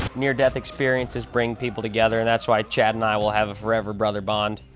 near-death experiences bring people together, and that's why chad and i will have a forever brother bond.